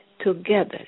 together